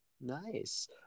Nice